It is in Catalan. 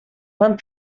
van